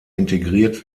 integriert